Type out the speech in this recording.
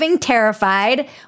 terrified